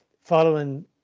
following